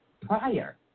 prior